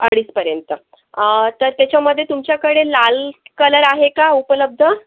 अडीचपर्यंत तर त्याच्यामधे तुमच्याकडे लाल कलर आहे का उपलब्ध